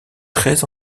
très